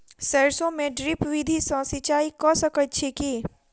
सैरसो मे ड्रिप विधि सँ सिंचाई कऽ सकैत छी की?